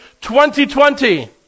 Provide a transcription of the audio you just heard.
2020